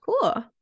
Cool